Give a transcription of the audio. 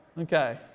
Okay